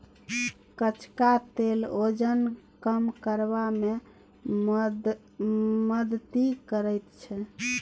कचका तेल ओजन कम करबा मे मदति करैत छै